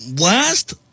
last